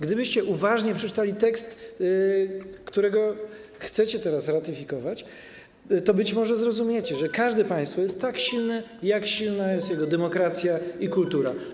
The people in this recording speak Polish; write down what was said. Gdybyście uważnie przeczytali tekst, który chcecie teraz ratyfikować, to być może zrozumiecie, że każde państwo jest tak silne, jak silna jest jego demokracja i kultura.